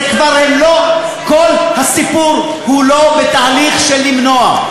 זה כבר הם לא, כל הסיפור הוא לא בתהליך של למנוע.